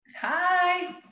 Hi